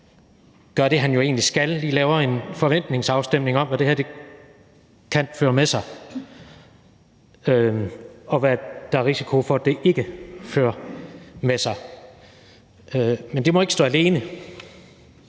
det, han skal, og laver lige en forventningsafstemning om, hvad det her kan føre med sig, og hvad der er en risiko for, at det ikke fører med sig, men det må ikke stå alene,